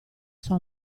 sua